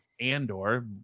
Andor